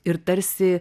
ir tarsi